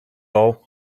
all